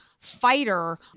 Fighter